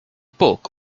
book